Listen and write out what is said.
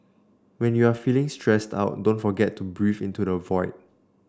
when you are feeling stressed out don't forget to breathe into the void